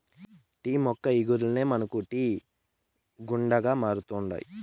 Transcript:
tea మొక్క ఇగుర్లే మనకు టీ గుండగా మారుతండాయి